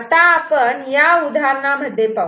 आता आपण या उदाहरणामध्ये पाहू